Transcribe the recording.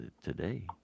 today